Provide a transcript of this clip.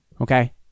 Okay